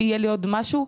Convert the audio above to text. יהיה לי עוד משהו?